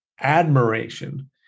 admiration